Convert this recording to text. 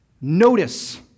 notice